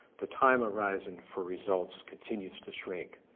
the time horizon for results continues to shrink.